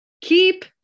keep